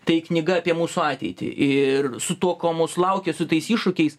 tai knyga apie mūsų ateitį ir su tuo ko mus laukia su tais iššūkiais